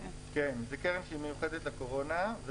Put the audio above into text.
לא, זאת קרן מיוחדת לקורונה.